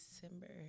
December